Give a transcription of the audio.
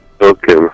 Okay